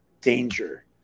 danger